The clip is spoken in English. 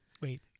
Wait